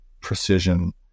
precision